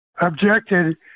objected